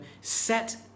set